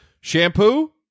Shampoo